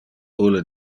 ulle